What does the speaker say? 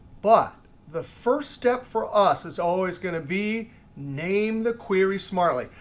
but the first step for us is always going to be name the query smartly.